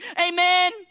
amen